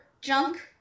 junk